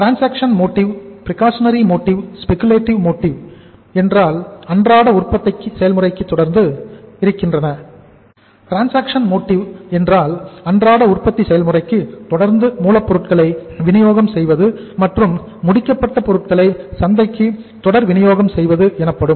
transaction motive என்றால் அன்றாட உற்பத்தி செயல்முறைக்கு தொடர்ந்து மூலப்பொருட்களை வினியோகம் செய்வது மற்றும் முடிக்கப்பட்ட பொருட்களை சந்தைக்கு தொடர் விநியோகம் செய்வது எனப்படும்